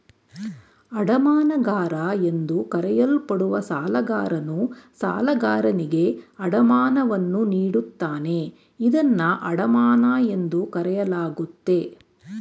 ಅಡಮಾನಗಾರ ಎಂದು ಕರೆಯಲ್ಪಡುವ ಸಾಲಗಾರನು ಸಾಲಗಾರನಿಗೆ ಅಡಮಾನವನ್ನು ನೀಡುತ್ತಾನೆ ಇದನ್ನ ಅಡಮಾನ ಎಂದು ಕರೆಯಲಾಗುತ್ತೆ